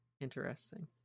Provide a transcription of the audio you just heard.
Interesting